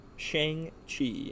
Shang-Chi